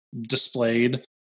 displayed